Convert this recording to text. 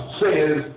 says